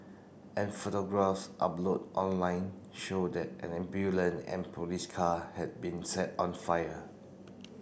and photographs uploade online show that an ambulance and police car had been set on fire